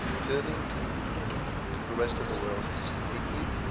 turning to to the rest of the world, quickly,